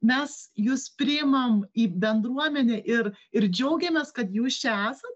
mes jus priimam į bendruomenę ir ir džiaugiamės kad jūs čia esat